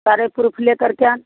सारे प्रूफ ले करके आना